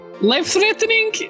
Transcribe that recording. Life-threatening